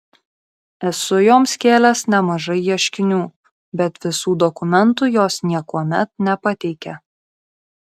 esu joms kėlęs nemažai ieškinių bet visų dokumentų jos niekuomet nepateikia